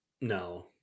No